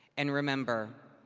and, remember.